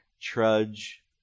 trudge